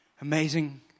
amazing